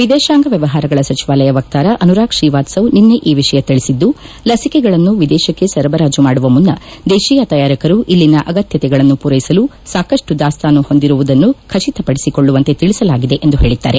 ವಿದೇಶಾಂಗ ವ್ಯವಪಾರಗಳ ಸಚಿವಾಲಯ ವಕ್ತಾರ ಆನುರಾಗ್ ಶ್ರೀವಾತ್ಸವ್ ನಿನ್ನೆ ಈ ವಿಷಯ ತಿಳಿಸಿದ್ದು ಲಸಿಕೆಗಳನ್ನು ಎದೇಶಕ್ಕೆ ಸರಬರಾಜು ಮಾಡುವ ಮುನ್ನ ದೇಶೀಯ ತಯಾರಕರು ಇಲ್ಲಿನ ಅಗತ್ಯತೆಗಳನ್ನು ಪೂರೈಸಲು ಸಾಕಪ್ಪು ದಾಸ್ತಾನು ಹೊಂದಿರುವುದನ್ನು ಖಟಿತಪಡಿಸಿಕೊಳ್ಳುವಂತೆ ತಿಳಿಸಲಾಗಿದೆ ಎಂದು ಹೇಳಿದ್ದಾರೆ